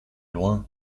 loin